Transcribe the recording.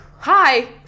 Hi